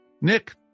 Nick